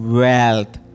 wealth